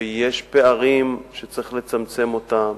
ויש פערים שצריך לצמצם אותם,